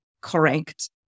correct